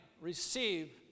receive